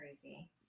crazy